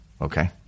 okay